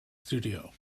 studio